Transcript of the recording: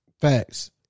Facts